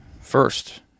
first